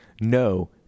No